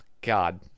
God